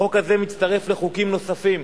החוק הזה מצטרף לחוקים נוספים: